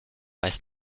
weiß